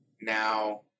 now